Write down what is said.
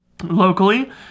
locally